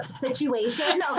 situation